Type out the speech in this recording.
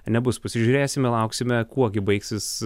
nebus pasižiūrėsime lauksime kuo gi baigsis